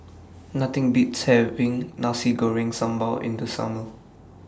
Nothing Beats having Nasi Goreng Sambal in The Summer